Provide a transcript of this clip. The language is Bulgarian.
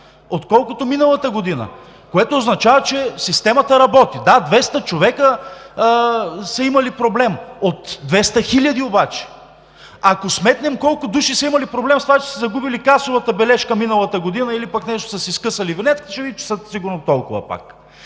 отколкото миналата година, което означава, че системата работи. Да, 200 човека са имали проблем от 200 хиляди обаче. Ако сметнем колко души са имали проблем с това, че са си загубили касовата бележка миналата година или пък са си скъсали винетката, ще видите, че сигурно са пак